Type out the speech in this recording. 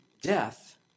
death